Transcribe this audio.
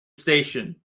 station